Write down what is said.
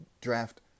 draft